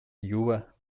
newer